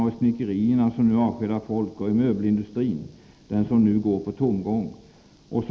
Och i snickerierna som nu avskedar folk, och i möbelindustrin — den som nu går på tomgång. Och så .